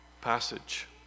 passage